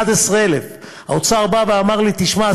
11,000. האוצר אמר לי: תשמע,